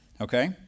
Okay